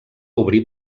obrir